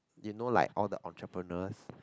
you know like all the entrepreneurs